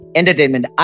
entertainment